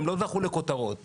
הם לא זכו לכותרות,